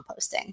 composting